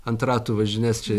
ant ratų važinės čia